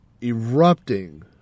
erupting